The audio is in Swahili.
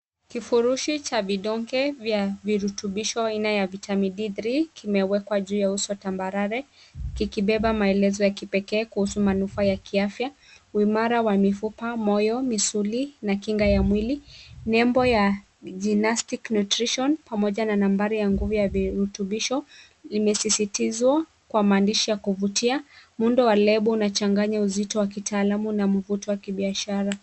Kifurushi cha vidonge vya virutubisho aina ya vitamin d3 kimewekwa juu ya uso tambarare kikibeba maelezo ya kipekee kuhusu manufaa ya kiafya, uimara wa mifupa, moyo, misuli na kinga ya mwili. Nembo ya ginastic nutrition pamoja na nambari ya nguvu ya virutubisho limesisitizwa kwa maandishi ya kuvutia. Muundo wa lebo unachanganya uzito wa kitaalamu na mvuto wa kibiashara.